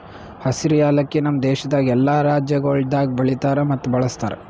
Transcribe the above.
ಹಸಿರು ಯಾಲಕ್ಕಿ ನಮ್ ದೇಶದಾಗ್ ಎಲ್ಲಾ ರಾಜ್ಯಗೊಳ್ದಾಗ್ ಬೆಳಿತಾರ್ ಮತ್ತ ಬಳ್ಸತಾರ್